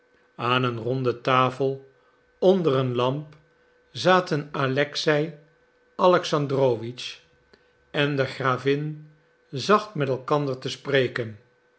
aan een ronde tafel onder een lamp zaten alexei alexandrowitsch en de gravin zacht met elkander te spreken